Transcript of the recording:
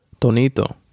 Tonito